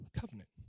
covenant